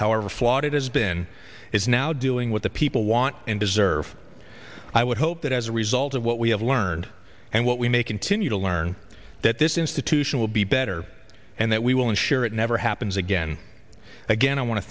however flawed it has been is now dealing with the people want and deserve i would hope that as a result of what we have learned and what we may continue to learn that this institution will be better and that we will ensure it never happens again again i want to